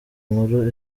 nkuru